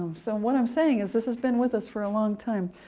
um so what i'm saying is this has been with us for a long time.